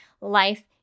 life